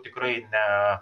tikrai ne